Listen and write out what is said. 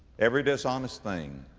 every dishonest thing,